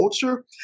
culture